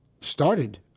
started